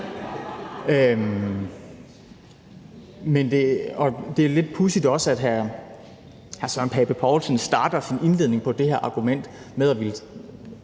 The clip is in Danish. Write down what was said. det er også lidt pudsigt, at hr. Søren Pape Poulsen indleder med det her argument om, at